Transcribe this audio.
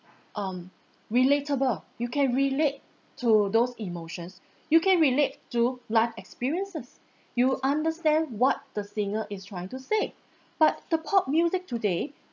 um relatable you can relate to those emotions you can relate to life experiences you understand what the singer is trying to say but the pop music today